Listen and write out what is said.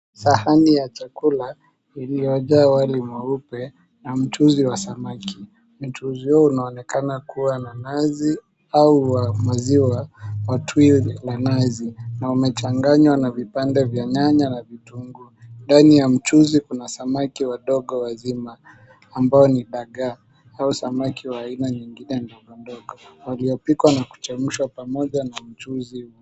Sahani ya chakula iliyojaa wali mweupe na mchuzi wa samaki. Mchuzi huu unaonekana kuwa na nazi au wa maziwa wa twili la nazi na umechanganywa na vipande vya nyanya na vitunguu. Ndani ya mchuzi kuna samaki wadogo wazima ambao ni dagaa au samaki wa aina nyingine ndogo ndogo waliopikwa na kuchamshwa pamoja na mchuzi huu.